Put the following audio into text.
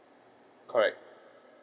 correct